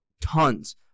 tons